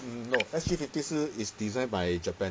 mm no S_G fifty 是 is designed by japan